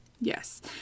Yes